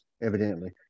evidently